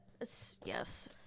Yes